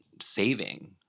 saving